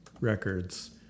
Records